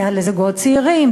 בנייה לזוגות צעירים,